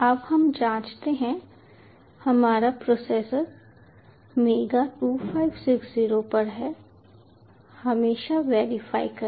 अब हम जांचते हैं हमारा प्रोसेसर मेगा 2560 पर है हमेशा वेरीफाई करें